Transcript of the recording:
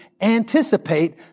anticipate